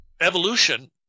evolution